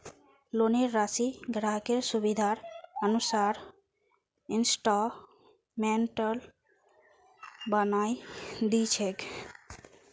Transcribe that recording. लोनेर राशिक ग्राहकेर सुविधार अनुसार इंस्टॉल्मेंटत बनई दी छेक